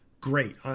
great